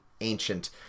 ancient